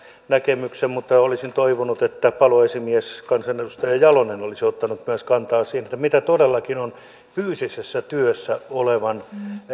näkemyksen mutta olisin toivonut että paloesimies kansanedustaja jalonen olisi myös ottanut kantaa siihen mitä todellakin on fyysisessä työssä olevan